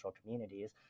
communities